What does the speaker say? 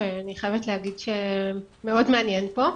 אני חייבת להגיד שמאוד מעניין פה.